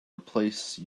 replace